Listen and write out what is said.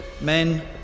men